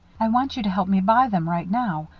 i want you to help me buy them right now.